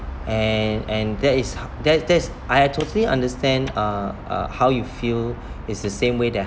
and and that is h~ that that is I totally understand uh how you feel it's the same way that